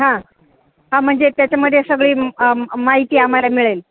हां हा म्हणजे त्याच्यामध्ये सगळी माहिती आम्हाला मिळेल